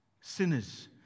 sinners